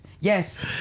Yes